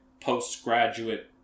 postgraduate